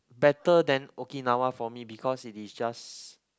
better than Okinawa for me because it is just